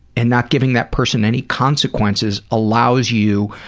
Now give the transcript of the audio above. and not giving that person any consequences, allows you